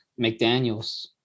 McDaniels